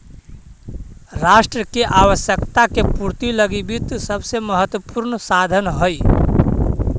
राष्ट्र के आवश्यकता के पूर्ति लगी वित्त सबसे महत्वपूर्ण साधन हइ